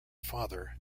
father